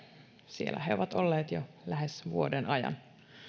siellä he ovat olleet jo lähes vuoden ajan